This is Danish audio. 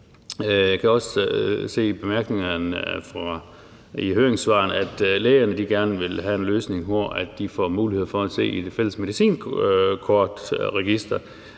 Jeg kan også se i høringssvarene, at lægerne gerne vil have en løsning, hvor de får mulighed for i det fælles medicinkortregister